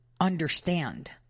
understand